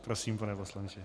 Prosím, pane poslanče.